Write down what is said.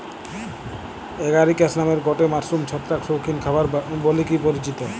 Agaricus নামের গটে mushroom ছত্রাক শৌখিন খাবার বলিকি পরিচিত